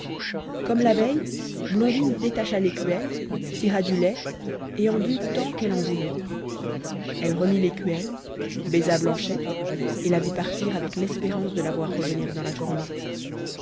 comme la veille blondine détacha l'écuelle tira du lait et en but tant qu'elle en voulut elle remit l'écuelle baisa blanchette et la vit partir avec l'espérance de la voir revenir dans la journée